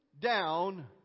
down